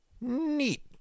Neat